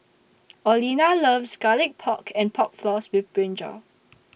Orlena loves Garlic Pork and Pork Floss with Brinjal